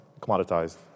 commoditized